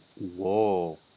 Whoa